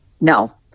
No